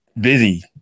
busy